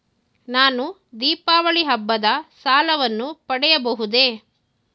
ನಾನು ದೀಪಾವಳಿ ಹಬ್ಬದ ಸಾಲವನ್ನು ಪಡೆಯಬಹುದೇ?